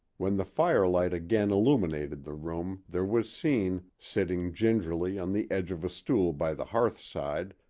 when the firelight again illuminated the room there was seen, sitting gingerly on the edge of a stool by the hearthside,